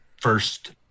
first